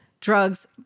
drugs